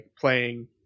playing